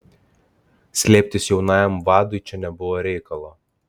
slėptis jaunajam vadui čia nebuvo reikalo